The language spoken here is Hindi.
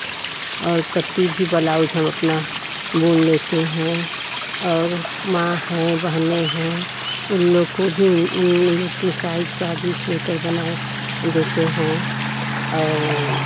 और कट्टी भी बलाउज हम अपना बुन लेते हैं और माँ हैं बहने हैं उन लोगों को भी उन लोगों की साइज का भी स्वेटर बना देते हैं और